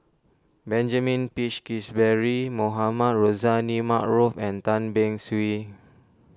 Benjamin Peach Keasberry Mohamed Rozani Maarof and Tan Beng Swee